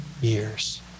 years